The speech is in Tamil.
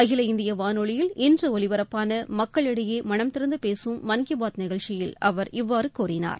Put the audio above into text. அகில இந்திய வானொலியில் இன்று ஒலிபரப்பான மக்களிடையே மனந்திறந்து பேசும் மன்கி பாத் நிகழ்ச்சியில் அவர் இவ்வாறு கூறினார்